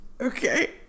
Okay